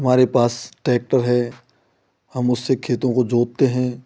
हमारे पास टेक्टर है हम उससे खेतों को जोतते हैं